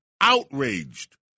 outraged